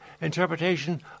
interpretation